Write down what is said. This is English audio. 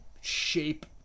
shape